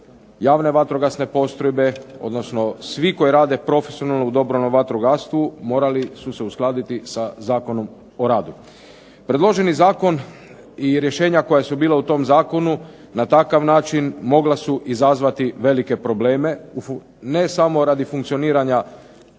javne vatrogasne postrojbe, odnosno svi koji rade profesionalno u dobrovoljnom vatrogastvu morali su se uskladiti sa Zakonom o radu. Predloženi zakon i rješenja koja su bila u tom zakonu na takav način mogla su izazvati velike probleme ne samo radi funkcioniranja